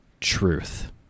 truth